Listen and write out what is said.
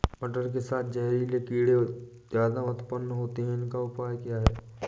मटर के साथ जहरीले कीड़े ज्यादा उत्पन्न होते हैं इनका उपाय क्या है?